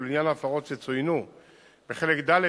ולעניין ההפרות שצוינו בחלק ד',